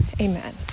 Amen